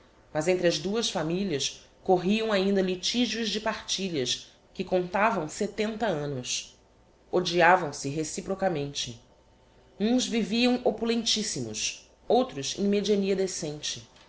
mas entre as duas familias corriam ainda litigios de partilhas que contavam setenta annos odiavam se reciprocamente uns viviam opulentissimos outros em mediania decente